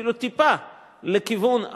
אפילו טיפה, לכיוון אחר,